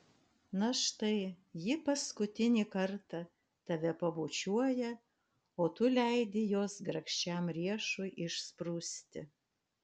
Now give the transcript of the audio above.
na štai ji paskutinį kartą tave pabučiuoja o tu leidi jos grakščiam riešui išsprūsti